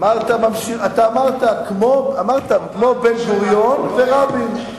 אתה אמרת: כמו בן-גוריון ורבין.